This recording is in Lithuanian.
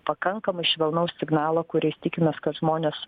pakankamai švelnaus signalo kuriais tikimės kad žmonės